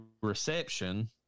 reception